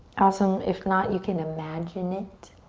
awesome, if not, you can imagine it.